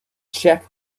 check